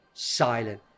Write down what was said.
silent